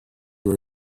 were